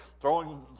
throwing